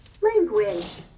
Language